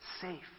safe